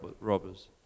robbers